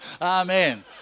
Amen